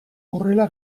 horrela